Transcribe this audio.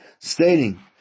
stating